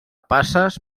passes